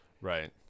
Right